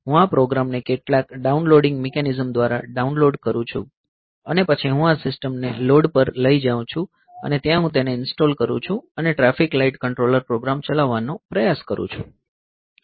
હું આ પ્રોગ્રામને કેટલાક ડાઉનલોડિંગ મિકેનિઝમ દ્વારા ડાઉનલોડ કરું છું અને પછી હું આ સિસ્ટમને લોડ પર લઈ જાઉં છું અને ત્યાં હું તેને ઇન્સ્ટોલ કરું છું અને ટ્રાફિક લાઇટ કંટ્રોલર પ્રોગ્રામ ચલાવવાનો પ્રયાસ કરું છું